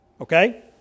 Okay